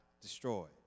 destroyed